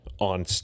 On